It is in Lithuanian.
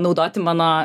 naudoti mano